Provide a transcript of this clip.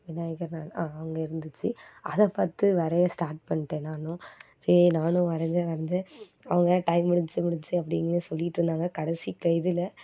விநாயகர் அங்கே இருந்துச்சு அதை பார்த்து வரையை ஸ்டார்ட் பண்ணிகிட்டேன் நானும் சரி நானும் வரைஞ்சேன் வரைஞ்சேன் அவங்க வேறு டைம் முடிஞ்சுச்சி முடிஞ்சுச்சி அப்படின்னு சொல்லிட்டுருந்தாங்க கடைசி இதில்